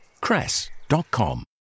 cress.com